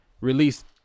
released